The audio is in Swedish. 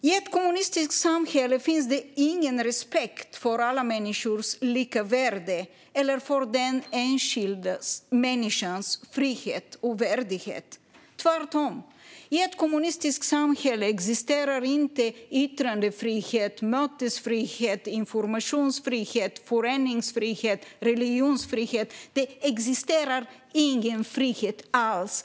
I ett kommunistiskt samhälle finns ingen respekt för alla människors lika värde eller för den enskilda människans frihet och värdighet, utan tvärtom. I ett kommunistiskt samhälle existerar inte yttrandefrihet, mötesfrihet, informationsfrihet, föreningsfrihet och religionsfrihet - det existerar ingen frihet alls.